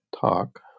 talk